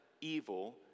evil